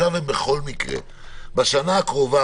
בשנה הקרובה,